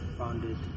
founded